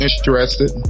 interested